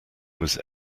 was